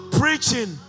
preaching